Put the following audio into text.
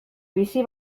bizi